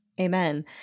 Amen